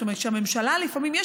זאת אומרת שהממשלה לפעמים,